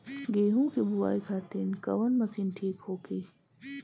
गेहूँ के बुआई खातिन कवन मशीन ठीक होखि?